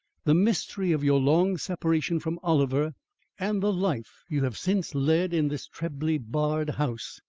the mystery of your long separation from oliver and the life you have since led in this trebly barred house,